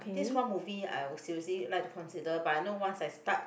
this one movie I will seriously like to consider but I know once I start